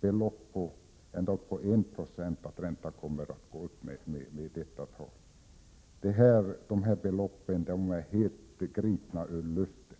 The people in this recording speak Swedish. belopp på ända upp till 1 26 som räntan skulle komma att stiga med. De här beloppen är helt gripna ur luften.